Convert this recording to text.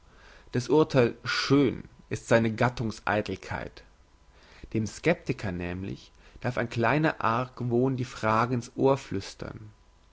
das urtheil schön ist seine gattungs eitelkeit dem skeptiker nämlich darf ein kleiner argwohn die frage in's ohr flüstern